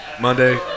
Monday